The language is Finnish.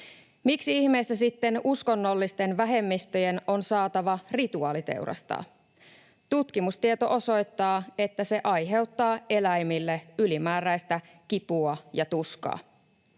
Miksi ihmeessä sitten uskonnollisten vähemmistöjen on saatava rituaaliteurastaa? Tutkimustieto osoittaa, että se aiheuttaa eläimille ylimääräistä kipua ja tuskaa.